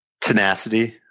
Tenacity